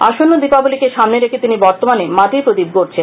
আসন্ন দীপাবলিকে সামনে রেখে তিনি বর্তমানে মাটির প্রদীপ গডছেন